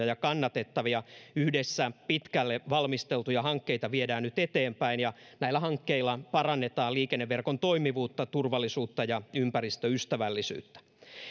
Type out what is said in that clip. ja kannatettavia yhdessä pitkälle valmisteltuja hankkeita viedään nyt eteenpäin ja näillä hankkeilla parannetaan liikenneverkon toimivuutta turvallisuutta ja ympäristöystävällisyyttä